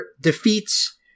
defeats